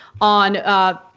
on